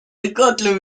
fréquentent